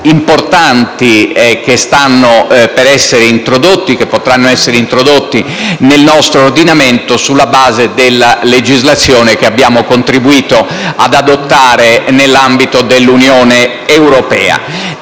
importanti che stanno per essere introdotti e potranno essere introdotti nel nostro ordinamento sulla base della legislazione che abbiamo contribuito ad adottare nell'ambito dell'Unione europea.